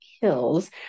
hills